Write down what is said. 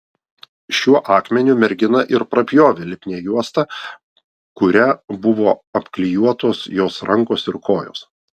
šiuo akmeniu mergina ir prapjovė lipnią juostą kuria buvo apklijuotos jos rankos ir kojos